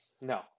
no